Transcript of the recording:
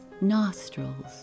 nostrils